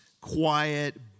quiet